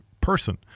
person